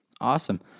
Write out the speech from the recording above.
awesome